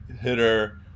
hitter